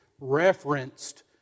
referenced